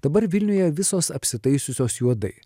dabar vilniuje visos apsitaisiusios juodai